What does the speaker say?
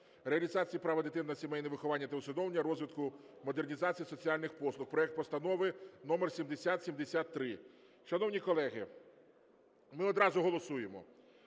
реалізації права дитини на сімейне виховання та усиновлення, розвитку (модернізації) соціальних послуг (проект Постанови № 7073). Шановні колеги, ми одразу голосуємо.